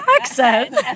accent